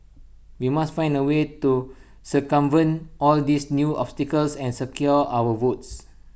we must find A way to circumvent all these new obstacles and secure our votes